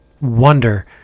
wonder